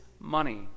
money